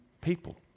people